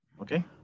Okay